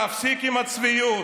תפסיק עם הצביעות.